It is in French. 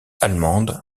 allemande